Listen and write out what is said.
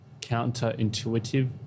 counterintuitive